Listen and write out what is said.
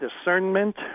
discernment